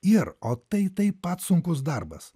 ir o tai taip pat sunkus darbas